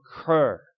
occur